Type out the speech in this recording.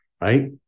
right